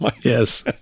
Yes